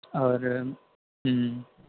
اور ہوں